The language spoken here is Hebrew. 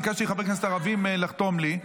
ביקשתי מחברי כנסת ערבים לחתום לי,